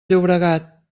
llobregat